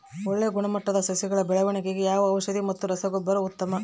ಒಳ್ಳೆ ಗುಣಮಟ್ಟದ ಸಸಿಗಳ ಬೆಳವಣೆಗೆಗೆ ಯಾವ ಔಷಧಿ ಮತ್ತು ರಸಗೊಬ್ಬರ ಉತ್ತಮ?